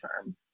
term